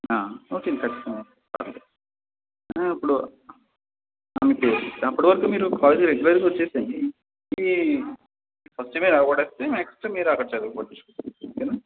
okay ఖచ్చితంగా పర్వాలేదు ఇప్పుడు మీ పేరు అప్పటి వరుకు మీరు కాలేజ్కి రెగులర్గా వచ్చేసేయండి ఈ ఫస్ట్ మీరు అవ్వకొట్టేస్తే నెక్స్ట్ మీరు అక్కడ చదవుకోవచ్చు ఓకేనా